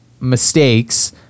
mistakes